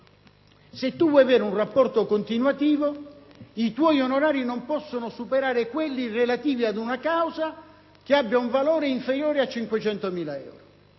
se si vuole avere un rapporto continuativo, gli onorari non possono superare quelli relativi ad una causa che abbia un valore inferiore a 500.000 euro.